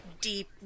deep